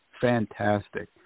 fantastic